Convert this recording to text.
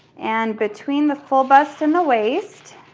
and between the full bust and the waist.